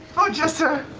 oh jester!